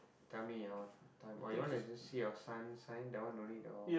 tell me your time or you want to just see your sun sign that one don't need or